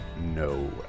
No